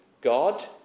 God